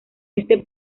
este